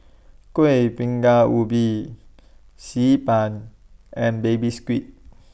Kuih Bingka Ubi Xi Ban and Baby Squid